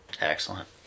Excellent